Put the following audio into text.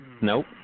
nope